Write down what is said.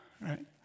right